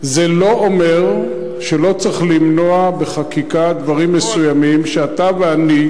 זה לא אומר שלא צריך למנוע בחקיקה דברים מסוימים שאתה ואני,